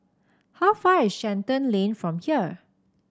how far is Shenton Lane from here